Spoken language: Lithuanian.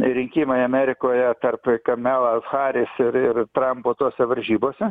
rinkimai amerikoje tarp kamalos haris ir ir trampo tose varžybose